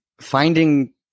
finding –